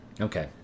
Okay